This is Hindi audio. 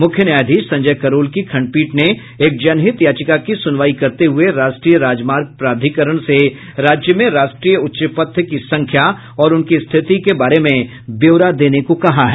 मुख्य न्यायाधीश संजय करोल की खंडपीठ ने एक जनहित याचिका की सुनवाई करते हुए राष्ट्रीय राजमार्ग प्राधिकरण से राज्य में राष्ट्रीय उच्च पथ की संख्या और उनकी स्थिति के बारे में ब्यौरा देने को कहा है